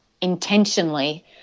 intentionally